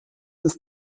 des